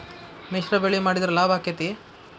ಮಿಶ್ರ ಬೆಳಿ ಮಾಡಿದ್ರ ಲಾಭ ಆಕ್ಕೆತಿ?